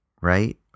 right